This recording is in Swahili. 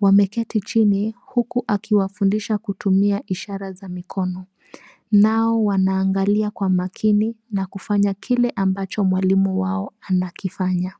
Wameketi chini huku akiwafundisha kutumia ishara za mikono, nao wanaangali kwa makini na kufanya kile ambacho mwalimu wao anakifanya.